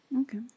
Okay